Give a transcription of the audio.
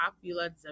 popular